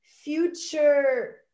future